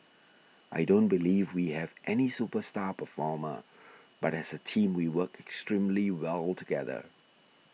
I don't believe we have any superstar performer but as a team we work extremely well together